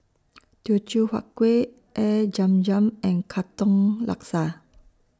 Teochew Huat Kueh Air Zam Zam and Katong Laksa